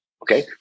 Okay